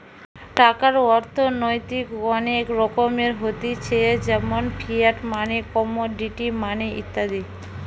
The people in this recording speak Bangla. টাকার অর্থনৈতিক অনেক রকমের হতিছে যেমন ফিয়াট মানি, কমোডিটি মানি ইত্যাদি